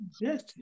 Yes